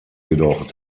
jedoch